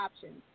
options